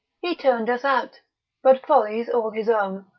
he turn'd us out but follies all his own,